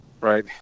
right